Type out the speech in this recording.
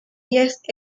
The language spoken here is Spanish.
guías